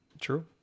True